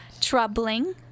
troubling